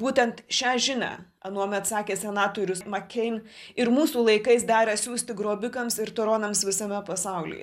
būtent šią žiną anuomet sakė senatorius makein ir mūsų laikais darė siųsti grobikams ir tironams visame pasaulyje